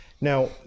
Now